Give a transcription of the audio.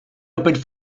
opened